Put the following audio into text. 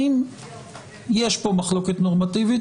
האם יש פה מחלוקת נורמטיבית,